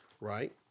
right